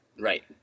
Right